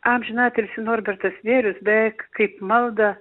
amžiną atilsį norbertas vėlius beveik kaip maldą